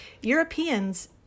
Europeans